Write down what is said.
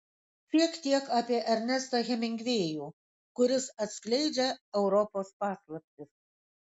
siek tiek apie ernestą hemingvėjų kuris atskleidžia europos paslaptis